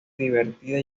divertida